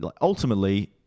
Ultimately